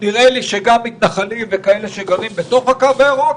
נראה לי שגם מתנחלים וכאלה שגרים בתוך הקו הירוק,